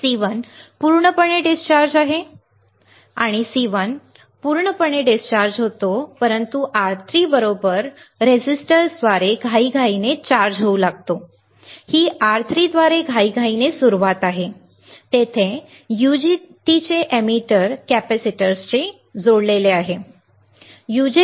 C1 पूर्णपणे discharge आहे C1 पूर्णपणे डिस्चार्ज होतो परंतु R3 बरोबर रेझिस्टर्सद्वारे घाईघाईने चार्ज होऊ लागतो ही R3 द्वारे घाईघाईने सुरूवात आहे तेथे यूजेटीचे एमिटर कॅपेसिटरशी जोडलेले आहे बरोबर